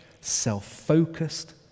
self-focused